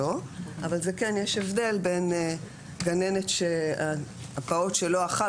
אבל כן יש הבדל בין גננת שהפעוט שלא אכל,